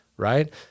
right